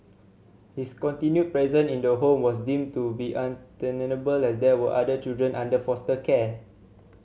his continued present in the home was deemed to be untenable as there were other children under foster care